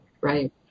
Right